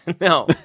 No